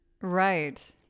Right